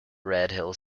redhill